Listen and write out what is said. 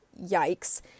Yikes